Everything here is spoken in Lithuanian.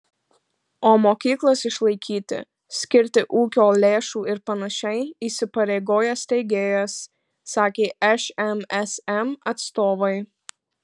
o mokyklas išlaikyti skirti ūkio lėšų ir panašiai įsipareigoja steigėjas sakė šmsm atstovai